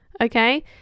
okay